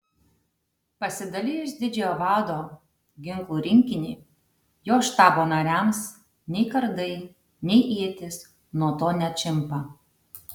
pasidalijus didžiojo vado ginklų rinkinį jo štabo nariams nei kardai nei ietys nuo to neatšimpa